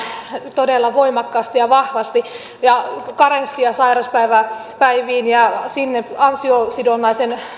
todella voimakkaasti ja vahvasti ja karenssia sairauspäiviin ja ansiosidonnaisen